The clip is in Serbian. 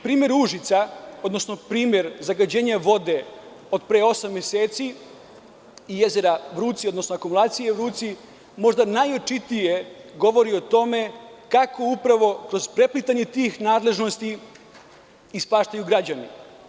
Primer Užica, odnosno primer zagađenja vode od pre osam meseci i jezera Vrujci, odnosno akumulacije „Vrujci“, možda najočitije govori o tome kako kroz preplitanje tih nadležnosti ispaštaju građani.